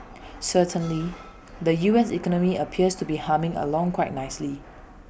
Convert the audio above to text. certainly the U S economy appears to be humming along quite nicely